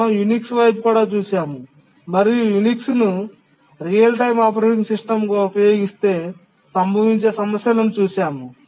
మనం యునిక్స్ వైపు కూడా చూశాము మరియు యునిక్స్ను ను రియల్ టైమ్ ఆపరేటింగ్ సిస్టమ్గా ఉపయోగిస్తే సంభవించే సమస్యలను చూశాము